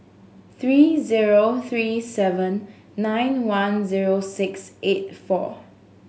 three zero three seven nine one zero six eight four